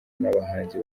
n’abahanzi